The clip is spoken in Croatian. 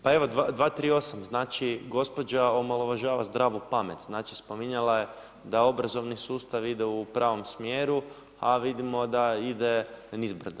Pa evo 238., znači gospođa omalovažava zdravu pamet, znači spominjala je da obrazovni sustav ide u pravom smjeru a vidimo da ide nizbrdo.